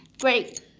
great